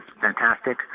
fantastic